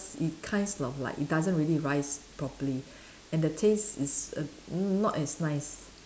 it kinds of like it doesn't really rise properly and the taste is err not as nice